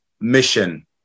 mission